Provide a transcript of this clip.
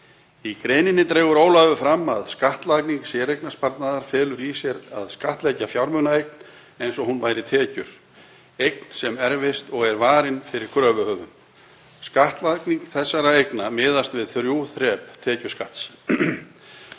Í greininni dregur Ólafur fram að skattlagning séreignarsparnaðar felur í sér að skattleggja fjármunaeign eins og hún væri tekjur, eign sem erfist og er varin fyrir kröfuhöfum. Skattlagning þessara eigna miðast við þrjú þrep tekjuskatts.